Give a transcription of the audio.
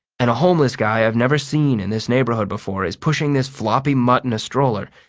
and a homeless guy i've never seen in this neighborhood before is pushing this floppy mutt in a stroller,